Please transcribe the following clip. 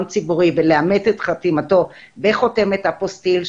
ציבורי ולאמת את חתימתו בחותמת אפוסטיל,